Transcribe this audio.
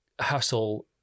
hustle